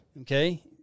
okay